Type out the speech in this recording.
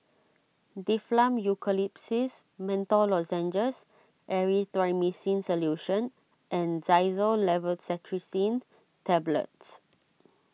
Difflam Eucalyptus Menthol Lozenges Erythroymycin Solution and Xyzal Levocetirizine Tablets